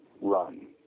run